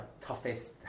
toughest